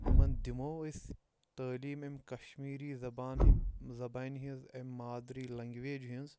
یِمَن دِمو أسۍ تٲلیٖم اَمہِ کَشمیٖری زَبان ہٕنٛدۍ زَبانہِ ہِنٛز اَمہِ مادری لنٛگویج ہِنٛز